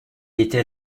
était